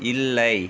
இல்லை